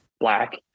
black